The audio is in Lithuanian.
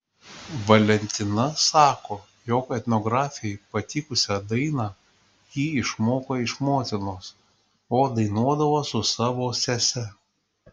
valentina sako jog etnografei patikusią dainą ji išmoko iš motinos o dainuodavo su savo sese